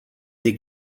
des